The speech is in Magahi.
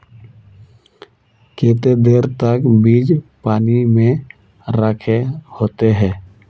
केते देर तक बीज पानी में रखे होते हैं?